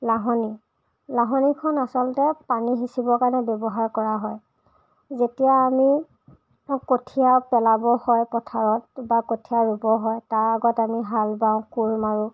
লাহনী লাহনীখন আচলতে পানী সিঁচিবৰ কাৰণে ব্যৱহাৰ কৰা হয় যেতিয়া আমি কঠীয়া পেলাব হয় পথাৰত বা কঠীয়া ৰুব হয় তাৰ আগত আমি হাল বাওঁ কোৰ মাৰোঁ